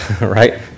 right